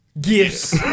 gifts